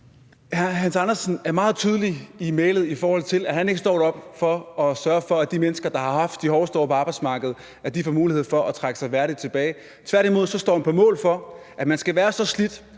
Hans Andersen er meget tydelig i mælet, i forhold til at han ikke står deroppe for at sørge for, at de mennesker, der har haft de hårdeste år på arbejdsmarkedet, får mulighed for at trække sig værdigt tilbage. Tværtimod står han på mål for, at man skal være så slidt,